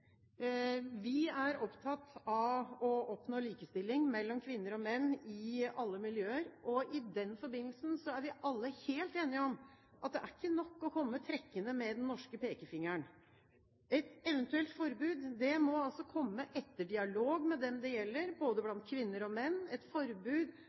Vi er opptatt av å oppnå likestilling mellom kvinner og menn i alle miljøer, og i den forbindelsen er vi alle helt enige om at det ikke er nok å komme trekkende med den norske pekefingeren. Et eventuelt forbud må komme etter dialog med den det gjelder, både